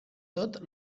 tot